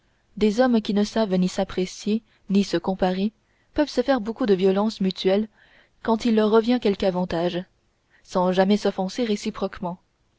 des hommes qui ne savent ni s'apprécier ni se comparer peuvent se faire beaucoup de violences mutuelles quand il leur en revient quelque avantage sans jamais s'offenser réciproquement